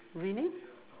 winning